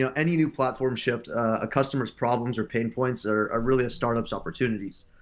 yeah any new platform shift, a customer problems or pain points, are really a start up's opportunities.